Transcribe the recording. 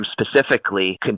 specifically